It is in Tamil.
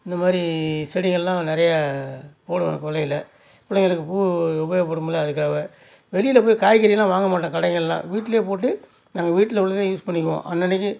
இந்த மாதிரி செடிகளெலாம் நிறைய போடுவேன் கொள்ளையில் பிள்ளைங்களுக்கு பூ உபயோகப்படுமில அதுக்காவே வெளியில் போய் காய்கறியெல்லாம் வாங்கமாட்டோம் கடைகளெலாம் வீட்டிலே போட்டு நாங்கள் வீட்டில் உள்ளதை யூஸ் பண்ணிக்குவோம் அன்னன்றைக்கு